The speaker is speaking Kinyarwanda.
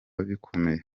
bikomeye